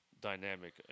dynamic